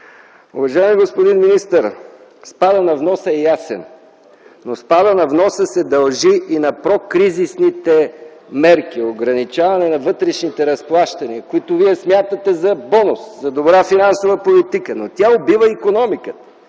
Уважаеми господин министър, спадът на вноса е ясен, но той се дължи и на прокризисните мерки – ограничаване на вътрешните разплащания, които вие смятате за бонус, за добра финансова политика, но тя убива икономиката.